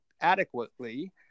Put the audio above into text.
adequately